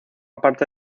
parte